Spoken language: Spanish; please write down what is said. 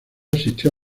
asistió